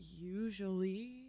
Usually